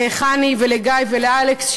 לחני ולגיא ולאלכס,